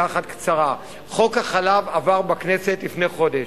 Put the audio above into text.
אחת קצרה: חוק החלב עבר בכנסת לפני חודש.